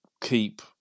keep